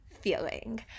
feeling